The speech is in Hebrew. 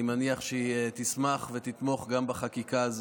אני מניח שהיא תשמח ותתמוך גם בחקיקה הזו.